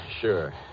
Sure